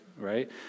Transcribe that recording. right